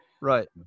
Right